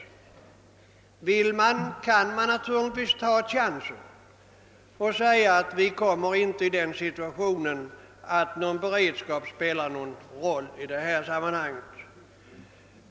Vill man kan man naturligtvis ta chansen att säga att vi inte kommer i en sådan situation att någon form av beredskap betyder något i detta sammanhang.